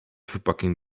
verpakking